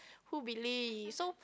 who believe so